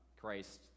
Christ